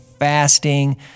fasting